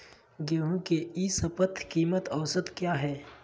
गेंहू के ई शपथ कीमत औसत क्या है?